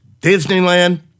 Disneyland